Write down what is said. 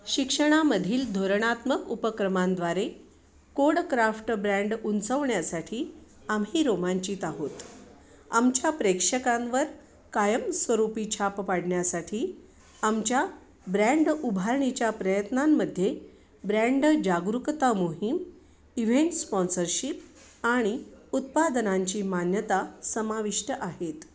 शिक्षणामधील धोरणात्मक उपक्रमांद्वारे कोडक्राफ्ट ब्रँड उंचवण्यासाठी आम्ही रोमांचित आहोत आमच्या प्रेक्षकांवर कायमस्वरूपी छाप पाडण्यासाठी आमच्या ब्रँड उभारणीच्या प्रयत्नांमध्ये ब्रँड जागरूकता मोहीम इव्हेंट स्पॉन्सरशिप आणि उत्पादनांची मान्यता समाविष्ट आहेत